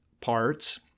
parts